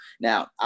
Now